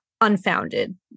unfounded